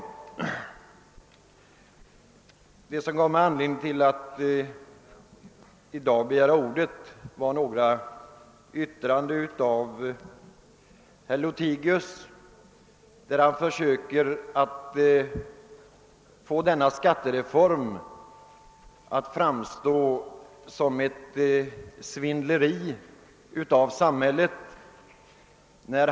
Anledningen till att jag i dag begärde ordet var några yttranden av herr Lothigius. Han försökte få denna skattereform att framstå som ett svindleri av samhället.